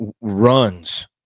runs